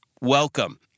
welcome